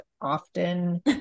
often